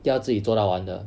要自己做到完的